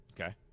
Okay